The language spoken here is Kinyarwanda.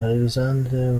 alexander